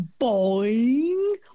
boing